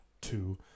two